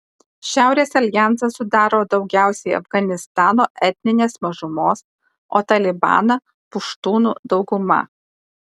šiaurės aljansą sudaro daugiausiai afganistano etninės mažumos o talibaną puštūnų dauguma